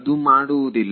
ಅದು ಮಾಡುವುದಿಲ್ಲ